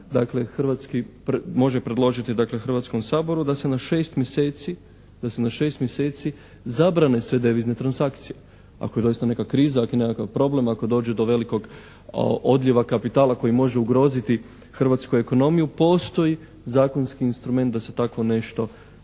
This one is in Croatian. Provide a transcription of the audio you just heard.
dakle, može predložiti dakle Hrvatskom saboru da se na šest mjeseci zabrane sve devizne transakcije. Ako je doista neka kriza, ako je nekakav problem, ako dođe do velikog odlijeva kapitala koji može ugroziti hrvatsku ekonomiju postoji zakonski instrument da se tako nešto spriječi.